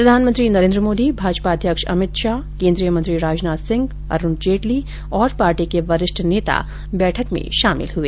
प्रधानमंत्री नरेंद्र मोदी भाजपा अध्यक्ष अमित शाह केंद्रीय मंत्री राजनाथ सिंह अरुण जेटली तथा पार्टी के वरिष्ठ नेता बैठक में शामिल हुए